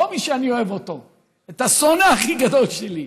לא מי שאני אוהב אותו; השונא הכי גדול שלי,